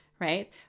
right